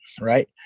right